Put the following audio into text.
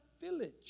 village